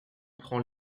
prend